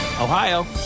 Ohio